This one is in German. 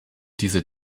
diese